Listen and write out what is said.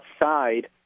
outside